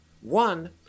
One